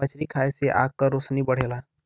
मछरी खाये से आँख के रोशनी बढ़ला